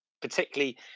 particularly